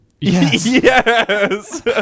Yes